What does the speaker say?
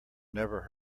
never